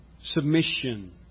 submission